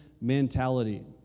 mentality